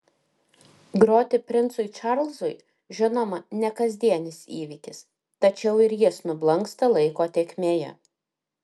groti princui čarlzui žinoma ne kasdienis įvykis tačiau ir jis nublanksta laiko tėkmėje